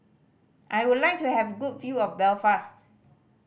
I would like to have a good view of Belfast